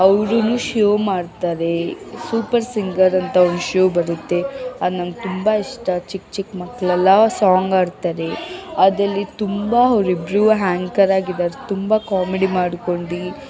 ಅವ್ರು ಶೋ ಮಾಡ್ತಾರೆ super singer ಅಂತ ಒಂದು ಶೋ ಬರುತ್ತೆ ಅದು ನಂಗೆ ತುಂಬ ಇಷ್ಟ ಚಿಕ್ಕ ಚಿಕ್ಕ ಮಕ್ಕಳೆಲ್ಲ ಸಾಂಗ್ ಹಾಡ್ತಾರೆ ಅದಲ್ಲಿ ತುಂಬ ಅವ್ರಿಬ್ರು ಹ್ಯಾಂಕರ್ ಆಗಿದಾರೆ ತುಂಬ ಕಾಮಿಡಿ ಮಾಡ್ಕೊಂಡು